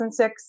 2006